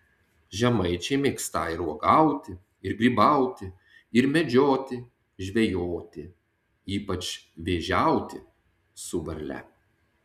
žemaičiai mėgstą ir uogauti ir grybauti ir medžioti žvejoti ypač vėžiauti su varle